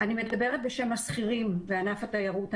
בבקשה.